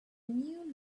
new